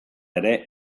ere